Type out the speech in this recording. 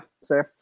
sir